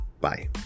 Bye